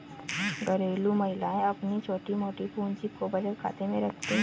घरेलू महिलाएं अपनी छोटी मोटी पूंजी को बचत खाते में रखती है